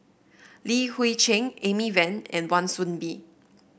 Li Hui Cheng Amy Van and Wan Soon Bee